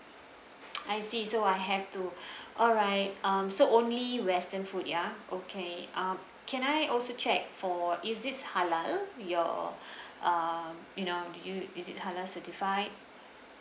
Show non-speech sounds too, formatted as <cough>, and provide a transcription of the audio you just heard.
<noise> I see so I have to <breath> alright um so only western food ya okay uh can I also check for is this halal your <breath> uh you know do you is it halal certified